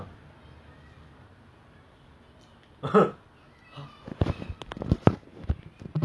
err deadly class that's it I never watch anything else oh no no I watched umbrella academy